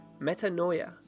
metanoia